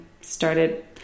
started